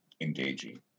engaging